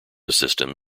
system